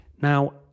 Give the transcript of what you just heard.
Now